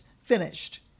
finished